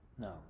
No